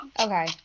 Okay